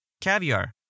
caviar